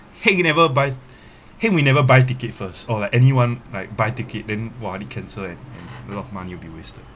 heng you never buy here we never buy ticket first or like anyone like buy ticket then !wah! already cancel eh a lot of money will be wasted